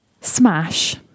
Smash